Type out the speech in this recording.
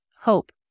hope